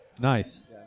Nice